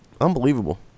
unbelievable